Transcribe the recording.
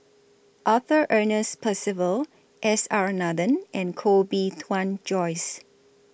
Arthur Ernest Percival S R Nathan and Koh Bee Tuan Joyce